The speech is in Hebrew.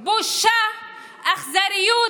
בושה, אכזריות,